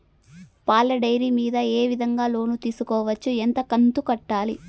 పాల డైరీ మీద ఏ విధంగా లోను తీసుకోవచ్చు? ఎంత కంతు కట్టాలి?